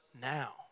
now